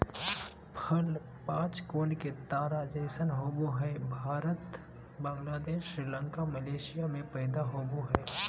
फल पांच कोण के तारा जैसन होवय हई भारत, बांग्लादेश, श्रीलंका, मलेशिया में पैदा होवई हई